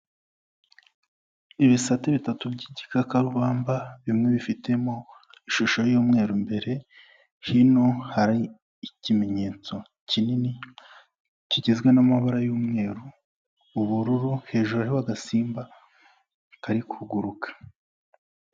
Ibisate bitatu by'igikakarubamba bimwe bifitemo ishusho y'umweru imbere, hino hari ikimenyetso kinini kigizwe n'amabara y'umweru, ubururu, hejuru hariho agasimba kari kuguruka.